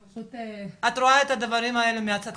את רואה את הדברים האלה מהצד.